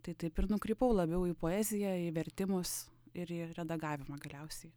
tai taip ir nukrypau labiau į poeziją į vertimus ir į redagavimą galiausiai